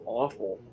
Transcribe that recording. awful